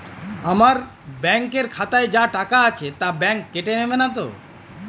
আমার ব্যাঙ্ক এর খাতায় যা টাকা আছে তা বাংক কেটে নেবে নাতো?